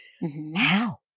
Now